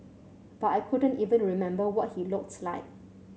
but I couldn't even remember what he looked like